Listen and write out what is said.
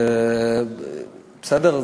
בסדר?